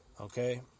okay